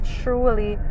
truly